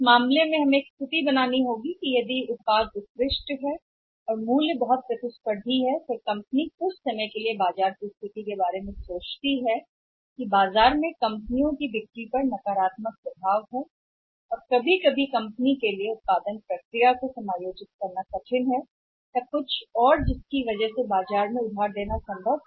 इस मामले में हमें एक स्थिति बनानी होगी कि अगर उत्पाद उत्कृष्ट है और कीमतें हैं बहुत बहुत प्रतिस्पर्धी तो कंपनी स्थिति के साथ अपने कुछ समय के बारे में बातें करती है मांग करता है कि बाजार की कंपनियों की बिक्री पर नकारात्मक प्रभाव पड़ता है या कभी कभी ऐसा होता है कंपनी के लिए विनिर्माण प्रक्रिया या कुछ और को समायोजित करना मुश्किल है तो यह हो सकता है बाजार में कुछ श्रेय देना संभव है